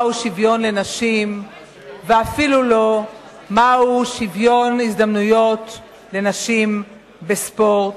מהו שוויון לנשים ואפילו לא מהו שוויון הזדמנויות לנשים בספורט,